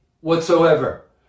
whatsoever